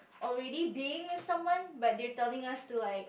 already being with someone but they're telling us to like